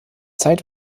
zeit